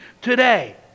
Today